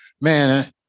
man